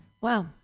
Wow